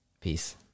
Peace